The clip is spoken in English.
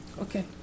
Okay